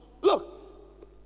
look